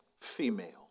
female